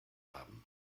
haben